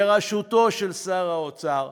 בראשותו של שר האוצר,